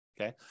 okay